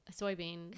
soybean